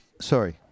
sorry